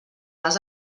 les